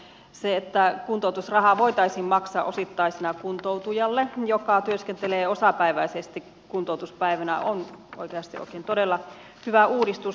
se että kuntoutusrahaa voitaisiin maksaa osittaisena kuntoutujalle joka työskentelee osapäiväisesti kuntoutuspäivänä on oikeasti oikein todella hyvä uudistus